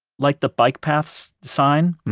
like the bike paths sign,